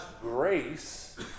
grace